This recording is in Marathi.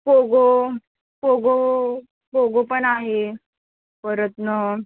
पोगो पोगो पोगो पण आहे परत ना